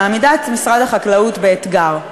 מעמיד את משרד החקלאות באתגר.